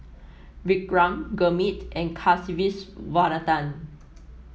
Vikram Gurmeet and Kasiviswanathan